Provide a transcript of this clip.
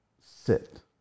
sit